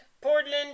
Portland